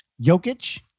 Jokic